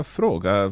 fråga